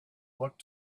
looked